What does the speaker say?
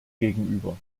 gegenüber